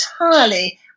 entirely